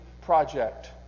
project